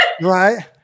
Right